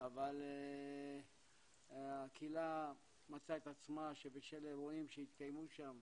אבל הקהילה מצאה את עצמה שבשל אירועים שהתקיימו שם,